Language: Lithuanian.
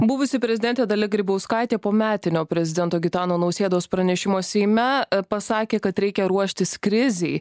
buvusi prezidentė dalia grybauskaitė po metinio prezidento gitano nausėdos pranešimo seime pasakė kad reikia ruoštis krizei